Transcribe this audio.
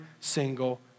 single